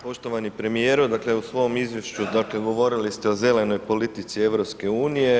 Poštovani premijeru, dakle u svom izvješću, dakle govorili ste o zelenoj politici EU.